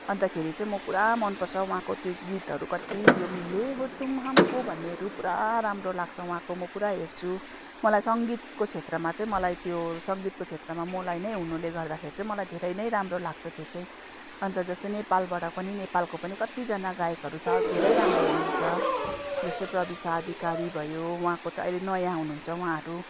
अन्तखेरि चाहिँ म पुरा मन पर्छ उहाँको त्यो गीतहरू कति त्यो मिले हो तुम हम को भन्नेहरू पुरा राम्रो लाग्छ उहाँको म पुरा हेर्छु मलाई सङ्गीतको क्षेत्रमा चाहिँ मलाई त्यो सङ्गीतको क्षेत्रमा मलाई नै हुनुले गर्दाखेरि चाहिँ मलाई धेरै नै राम्रो लाग्छ त्यो चाहिँ अन्त जस्तै नेपालबाट पनि नेपालको पनि कतिजना गायकहरू त धेरै राम्रो हुनुहुन्छ जस्तै प्रविशा अधिकारी भयो उहाँको चाहिँ अहिले नयाँ हुनुहुन्छ उहाँहरू